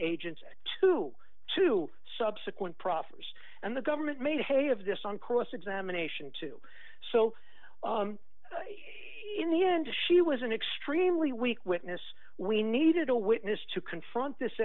agents and to two subsequent proffers and the government made hay of this on cross examination too so in the end she was an extremely weak witness we needed a witness to confront this